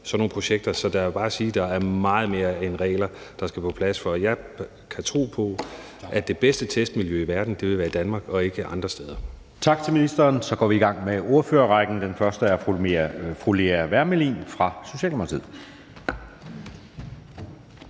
sådan nogle projekter. Så der er jo bare at sige, at der er meget mere end regler, der skal på plads, for at jeg kan tro på, at det bedste testmiljø i verden vil være i Danmark og ikke andre steder. Kl. 13:33 Anden næstformand (Jeppe Søe): Tak til ministeren. Så går vi i gang med ordførerrækken, og den første er fru Lea Wermelin fra Socialdemokratiet.